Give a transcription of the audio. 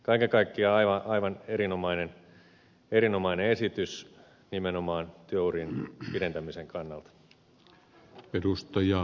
kaiken kaikkiaan aivan erinomainen esitys nimenomaan työurien pidentämisen kannalta